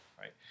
right